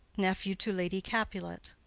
nephew to lady capulet.